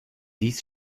dies